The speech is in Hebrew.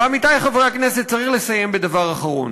ועמיתי חברי הכנסת, צריך לסיים בדבר אחרון: